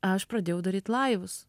aš pradėjau daryt laivus